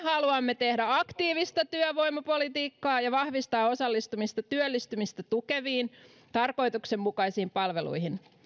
haluamme tehdä aktiivista työvoimapolitiikkaa ja ja vahvistaa osallistumista työllistymistä tukeviin tarkoituksenmukaisiin palveluihin